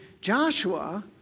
Joshua